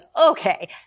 okay